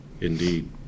Indeed